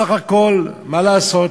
בסך הכול, מה לעשות,